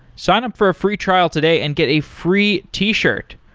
sign up for a free trial today and get a free t-shirt.